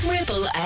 Ripple